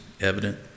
evident